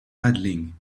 paddling